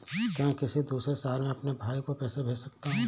क्या मैं किसी दूसरे शहर में अपने भाई को पैसे भेज सकता हूँ?